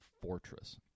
Fortress